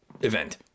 event